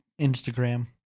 Instagram